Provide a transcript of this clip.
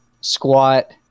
squat